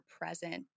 present